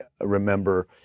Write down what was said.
remember